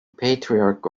patriarch